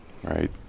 Right